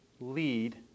lead